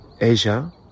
Asia